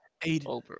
Aiden